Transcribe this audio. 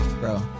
bro